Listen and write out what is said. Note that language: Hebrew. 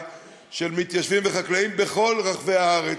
מתיישבים וחקלאים בכל רחבי הארץ,